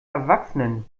erwachsenen